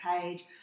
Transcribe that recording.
page